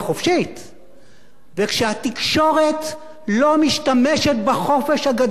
וכשהתקשורת לא משתמשת בחופש הגדול המוטל,